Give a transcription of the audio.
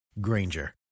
Granger